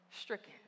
stricken